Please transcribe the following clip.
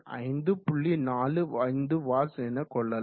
45 watts என கொள்ளலாம்